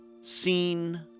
seen